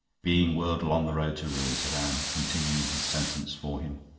being whirled along the road to ruin, said anne, continuing his sentence for him.